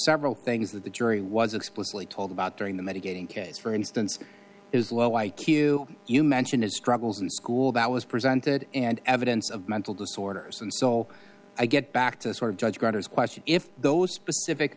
several things that the jury was explicitly told about during the mitigating case for instance is low i q you mentioned his struggles in school that was presented and evidence of mental disorders and so i get back to sort of judge grettir's question if those specific